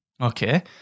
okay